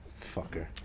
Fucker